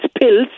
pills